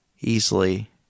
easily